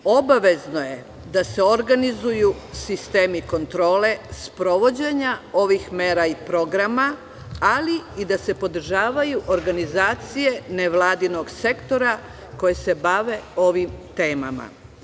Obavezno je da se organizuju sistemi kontrole sprovođenja ovih mera i programa, ali i da se podržavaju organizacije nevladinog sektora koje se bave ovim temama.